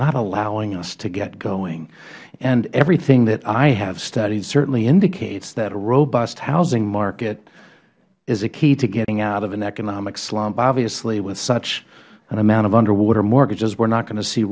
not allowing us to get going everything that i have studied certainly indicates that a robust housing market is a key to getting out of an economic slump obviously with such an amount of under water mortgages we are not going to see